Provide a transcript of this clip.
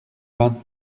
vingt